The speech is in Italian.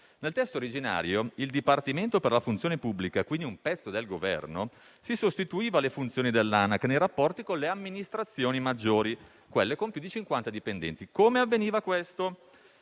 Nel testo originario il Dipartimento per la funzione pubblica (quindi, un pezzo del Governo) si sostituiva alle funzioni dell'Anac nei rapporti con le amministrazioni maggiori, quelle con più di 50 dipendenti. Come avveniva questo?